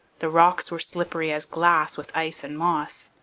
the rocks were slippery as glass with ice and moss.